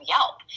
Yelp